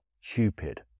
stupid